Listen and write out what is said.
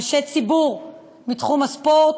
אנשי ציבור מתחום הספורט,